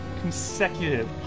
consecutive